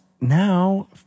now